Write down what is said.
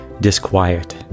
disquiet